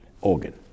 Organ